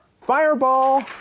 Fireball